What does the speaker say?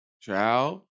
ciao